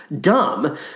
dumb